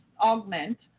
augment